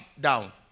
down